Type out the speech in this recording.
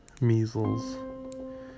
measles